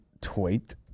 tweet